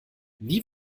wie